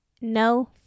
no